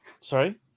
Sorry